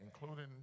including